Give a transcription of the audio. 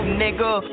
nigga